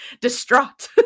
distraught